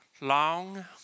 long